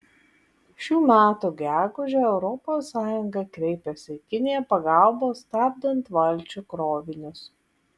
šių metų gegužę europos sąjunga kreipėsi į kiniją pagalbos stabdant valčių krovinius